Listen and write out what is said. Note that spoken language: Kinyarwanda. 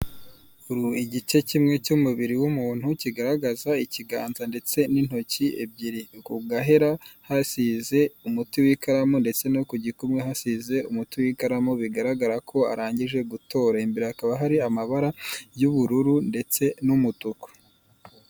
Igice kimwe cy'umubiri w'umuntu kigaragaza ikiganza ndetse n'intoki ebyiri, ku gahera hasize umuti w'ikaramu ndetse no ku gikumwe hasize umuti w'ikaramu, bigaragara ko arangije gutora imbere hakaba hari amabara y'ubururu ndetse n'umutuku.